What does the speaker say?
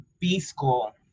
B-school